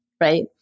right